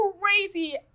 crazy